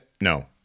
No